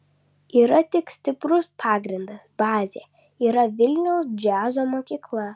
yra tik stiprus pagrindas bazė yra vilniaus džiazo mokykla